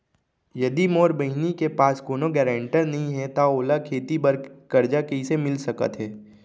यदि मोर बहिनी के पास कोनो गरेंटेटर नई हे त ओला खेती बर कर्जा कईसे मिल सकत हे?